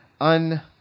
un-